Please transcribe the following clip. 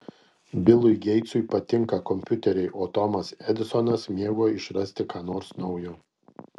bilui geitsui patinka kompiuteriai o tomas edisonas mėgo išrasti ką nors naujo